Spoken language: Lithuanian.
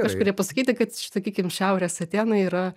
kažkurie pasakyti kad š sakykim šiaurės atėnai yra